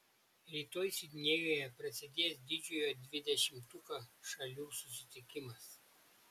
rytoj sidnėjuje prasidės didžiojo dvidešimtuko šalių susitikimas